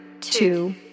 two